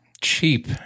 cheap